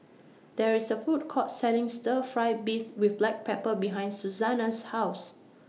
There IS A Food Court Selling Stir Fry Beef with Black Pepper behind Susana's House